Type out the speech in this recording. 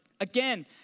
Again